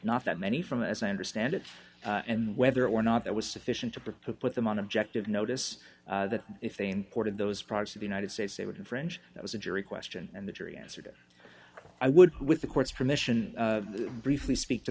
not that many from as i understand it and whether or not that was sufficient to put them on objective notice that if they imported those products to the united states they would infringe it was a jury question and the jury answered it i would with the court's permission briefly speak to